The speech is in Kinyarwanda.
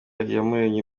iyamuremye